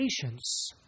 patience